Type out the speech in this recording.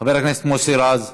חבר הכנסת מוסי רז,